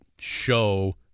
show